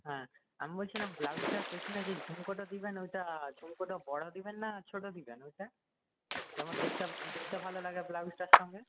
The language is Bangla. হ্যাঁ আমি বলছিলাম ব্লাউজটার পেছনে যে ঝুমকোটা দেবেন ওইটা ঝুমকোটা বড় দেবেন না ছোট দেবেন ওইটা যেমন দেখতে দেখতে ভালো লাগে ব্লাউজটার সঙ্গে